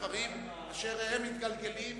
דברים שמתגלגלים,